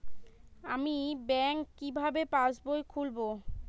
আমি ব্যাঙ্ক কিভাবে পাশবই খুলব?